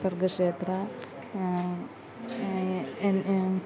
സര്ഗ്ഗ ക്ഷേത്ര